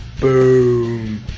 BOOM